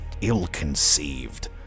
ill-conceived